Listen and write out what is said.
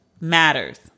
matters